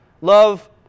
Love